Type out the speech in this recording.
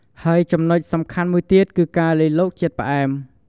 ហើយចំណុចសំខាន់មួយទៀតគឺការលៃលកជាតិផ្អែម។